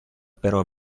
però